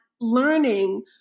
learning